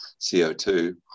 CO2